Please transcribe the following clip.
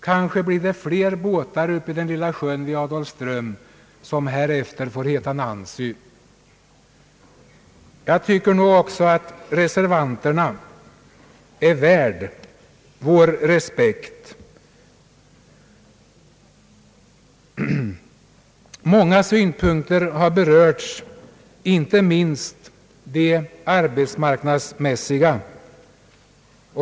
Kanske blir det fler båtar uppe i den lilla sjön vid Adolfström som härefter får heta Nancy. Jag anser också att reservanterna är värda vår respekt. Många synpunkter har berörts, inte minst de arbetsmarknadsmässiga.